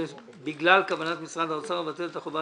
בגלל כוונת משרד האוצר לבטל את החובה